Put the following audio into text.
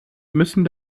müssen